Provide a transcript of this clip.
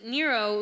Nero